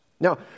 Now